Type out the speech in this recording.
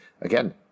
again